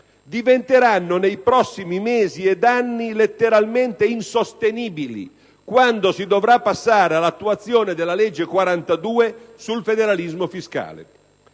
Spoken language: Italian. diventeranno nei prossimi mesi ed anni letteralmente insostenibili quando si dovrà passare all'attuazione della legge n. 42 del 2009 sul federalismo fiscale.